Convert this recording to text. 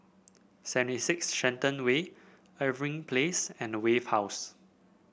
Seventy Six Shenton Way Irving Place and Wave House